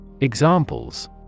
Examples